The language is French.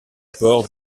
port